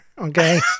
okay